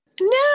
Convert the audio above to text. No